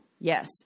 Yes